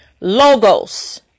Logos